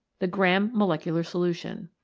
the gramm molecule solution.